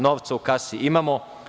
Novca u kasi imamo.